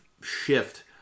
shift